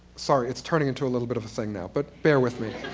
sorry, it's turning into a little bit of a thing now, but bear with me.